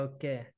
Okay